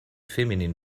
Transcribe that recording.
feminin